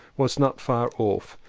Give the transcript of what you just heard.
was not far off,